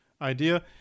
idea